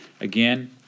Again